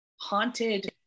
haunted